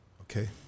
okay